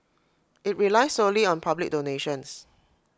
IT relies solely on public donations